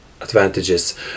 Advantages